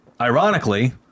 ironically